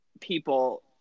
people